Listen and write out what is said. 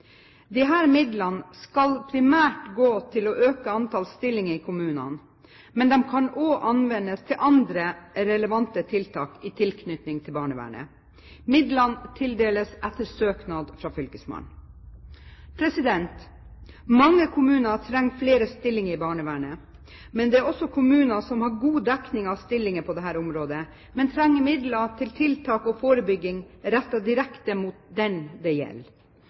midlene skal primært gå til å øke antall stillinger i kommunene, men de kan også anvendes til andre relevante tiltak i tilknytning til barnevernet. Midlene tildeles etter søknad til fylkesmannen. Mange kommuner trenger flere stillinger i barnevernet. Men det er også kommuner som har god dekning av stillinger på dette området, men som trenger midler til tiltak og forebygging rettet direkte mot den det gjelder.